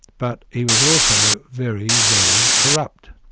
but he was also very, very corrupt,